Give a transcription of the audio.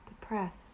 depressed